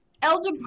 Elder